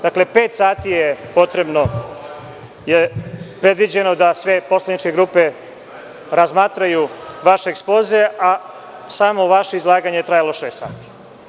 Dakle, pet sati je predviđeno da sve poslaničke grupe razmatraju vaš Ekspoze, a samo vaše izlaganje je trajalo šest sati.